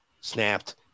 snapped